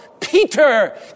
Peter